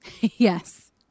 Yes